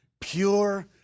pure